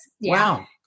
Wow